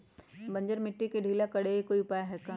बंजर मिट्टी के ढीला करेके कोई उपाय है का?